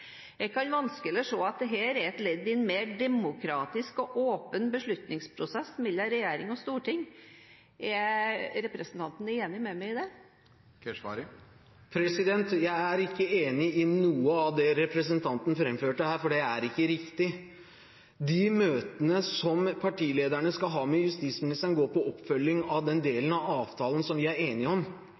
en mer demokratisk og åpen beslutningsprosess mellom regjering og storting. Er representanten enig med meg i det? Jeg er ikke enig i noe av det representanten framførte her, for det er ikke riktig. De møtene som partilederne skal ha med justisministeren, går på oppfølging av den delen av avtalen som vi er enige om.